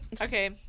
Okay